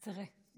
צירה.